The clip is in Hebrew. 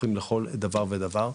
פתוחים לכל דבר ודבר,